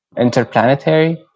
interplanetary